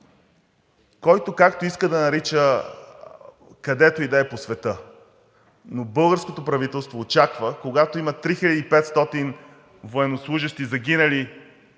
Който както иска да нарича където и да е по света, но българското правителство очаква, когато има 3500 военнослужещи загинали